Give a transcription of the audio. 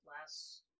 last